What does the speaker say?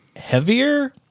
Heavier